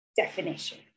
definition